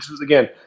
again